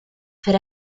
per